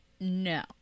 No